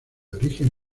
origen